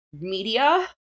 media